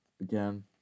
Again